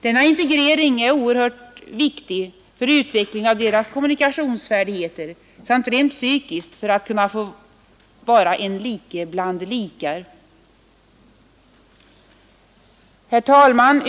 Denna integrering är oerhört viktig för utvecklingen av deras kommunikationsfärdigheter samt rent psykiskt för att kunna få vara en like bland likar. Herr talman!